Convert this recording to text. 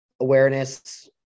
awareness